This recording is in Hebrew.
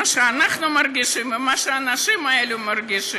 שאנחנו מרגישים ומה שהאנשים האלה מרגישים,